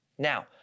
Now